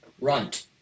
runt